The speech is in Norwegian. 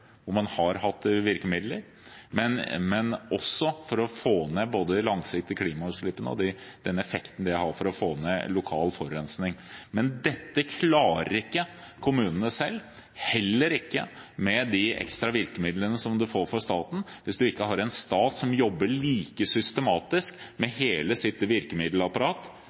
man har hatt virkemidler, men også for å få ned de langsiktige klimagassutslippene og den effekten det har for å få ned lokal forurensning. Men dette klarer ikke kommunene selv, heller ikke med de ekstra virkemidlene som de får fra staten, hvis man ikke har en stat som jobber like systematisk med hele sitt virkemiddelapparat,